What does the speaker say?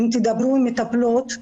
אם תדברו עם מטפלות,